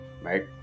right